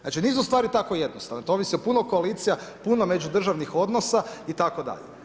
Znači nisu stvari tako jednostavne, to ovisi o puno koalicija, puno međudržavnih odnosa itd.